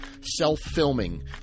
self-filming